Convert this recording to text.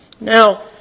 Now